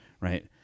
right